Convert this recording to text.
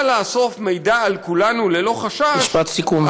לאסוף מידע על כולנו ללא חשש -- משפט סיכום,